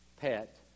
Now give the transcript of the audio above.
pet